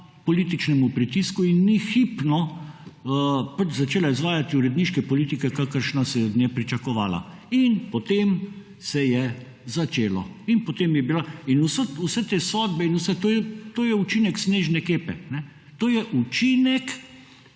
političnemu pritisku in ni hipno pač začela izvajati uredniške politike, kakršna se je od nje pričakovala. In potem se je začelo. In vse te sodbe in vse, to je učinek snežne kepe. To je učinek